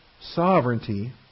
sovereignty